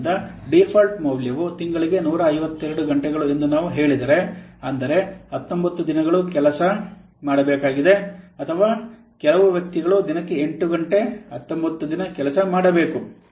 ಆದ್ದರಿಂದ ಡೀಫಾಲ್ಟ್ ಮೌಲ್ಯವು ತಿಂಗಳಿಗೆ 152 ಗಂಟೆಗಳು ಎಂದು ನಾವು ಹೇಳಿದರೆ ಅಂದರೆ 19 ದಿನಗಳು ಕೆಲವು ಕೆಲಸ ಮಾಡಬೇಕಾಗಿದೆ ಅಥವಾ ಕೆಲವು ವ್ಯಕ್ತಿಗಳು ದಿನಕ್ಕೆ 8 ಗಂಟೆ 19 ದಿನ ಕೆಲಸ ಮಾಡಬೇಕು